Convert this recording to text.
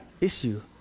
issue